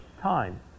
time